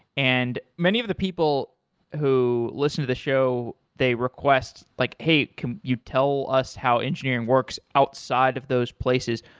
and many of the people who listen to the show they request, like, hey, can you tell us how engineering works outside of those places?